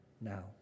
now